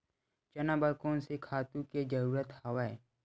चना बर कोन से खातु के जरूरत हवय?